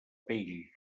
pell